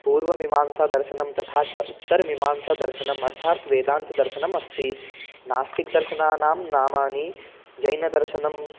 पूर्वमीमांसादर्शनं तथा च उत्तरमीमांसादर्शनं अर्थात् वेदान्तदर्शनम् अस्ति नास्तिकदर्शनानां नामानि जैनदर्शनं